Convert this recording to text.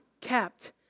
kept